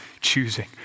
choosing